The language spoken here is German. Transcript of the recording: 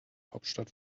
hauptstadt